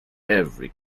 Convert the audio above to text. every